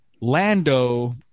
Lando